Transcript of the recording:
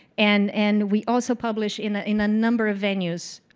and and we also publish in in a number of venues,